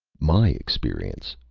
my experience,